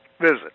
visit